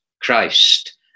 Christ